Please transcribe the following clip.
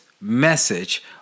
message